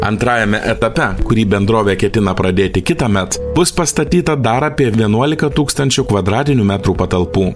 antrajame etape kurį bendrovė ketina pradėti kitąmet bus pastatyta dar apie vienuolika tūkstančių kvadratinių metrų patalpų